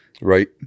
right